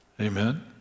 Amen